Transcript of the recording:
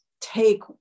take